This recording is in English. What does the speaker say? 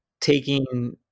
taking